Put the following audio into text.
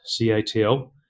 CATL